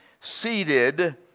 seated